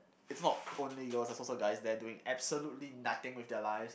it's not only girls there's also guys there doing absolutely nothing with their lives